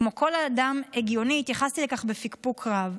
כמו כל אדם הגיוני התייחסתי לכך בפקפוק רב,